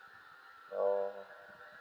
oh